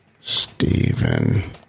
Stephen